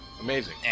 Amazing